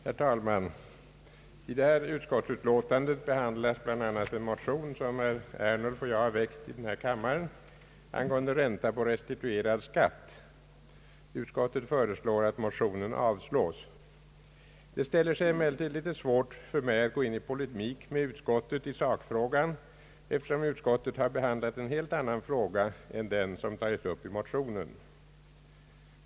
Herr talman! I detta utskottsbetänkande behandlas bl.a. en motion, som herr Ernulf och jag väckt i denna kammare angående ränta på restituerad skatt. Utskottet föreslår att motionen avslås. Det ställer sig emellertid litet svårt för mig att gå in i polemik mot utskottet i sakfrågan, eftersom utskottet har behandlat en helt annan fråga än den som tagits upp i motionen.